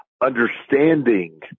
understanding